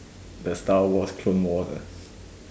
the star wars clone wars ah